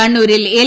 കണ്ണൂരിൽ എൽ